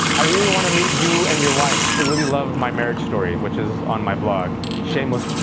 i really want to meet you and your wife. she really loved my marriage story, which is on my blog. shameless,